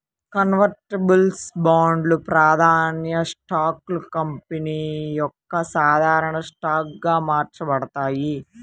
convertibles బాండ్లు, ప్రాధాన్య స్టాక్లు కంపెనీ యొక్క సాధారణ స్టాక్గా మార్చబడతాయి